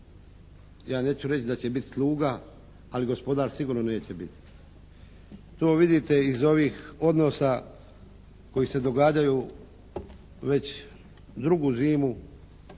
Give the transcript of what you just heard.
ja neću reći da će biti sluga, ali gospodar sigurno neće biti. To vidite iz ovih odnosa koji se događaju već drugu zimu